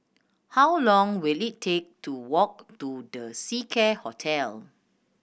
how long will it take to walk to The Seacare Hotel